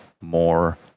more